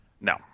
No